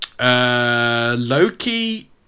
Loki